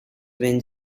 been